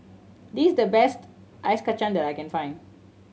this the best Ice Kachang that I can find